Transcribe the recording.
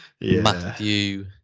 Matthew